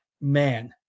man